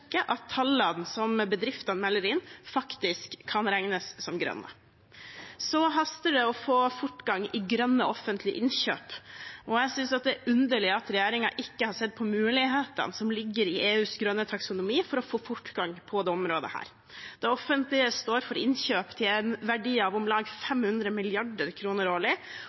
at tallene som bedriftene melder inn, faktisk kan regnes som grønne. Det haster å få fortgang i grønne offentlige innkjøp, og jeg synes det er underlig at regjeringen ikke har sett på mulighetene som ligger i EUs grønne taksonomi for å få fortgang på dette området. Det offentlige står for innkjøp til en verdi av om lag 500 mrd. kr årlig,